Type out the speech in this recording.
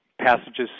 passages